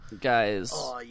guys